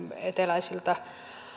eteläisiltä